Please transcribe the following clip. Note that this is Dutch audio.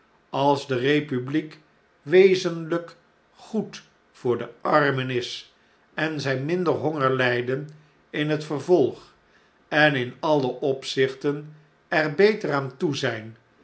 als de republiek wezenlijk goed voor de armen is en zjj minder honger lyjden in het vervolg en in alle opzichten er beter aan toe zp